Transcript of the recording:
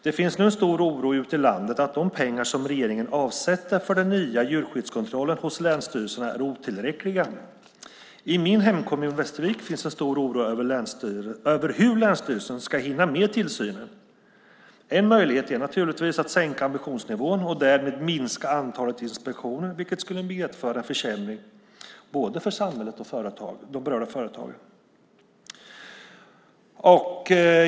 Det finns nu en stor oro ute i landet att de pengar som regeringen avsätter för den nya djurskyddskontrollen hos länsstyrelserna är otillräckliga. I min hemkommun Västervik finns en stor oro över hur länsstyrelsen ska hinna med tillsynen. En möjlighet är naturligtvis att sänka ambitionsnivån och därmed minska antalet inspektioner, vilket skulle medföra en försämring både för samhället och för de berörda företagen.